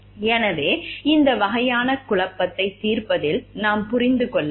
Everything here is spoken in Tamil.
எனவே இந்த வகையான குழப்பத்தைத் தீர்ப்பதில் நாம் புரிந்து கொள்ள வேண்டும்